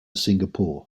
singapore